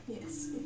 Yes